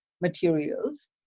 materials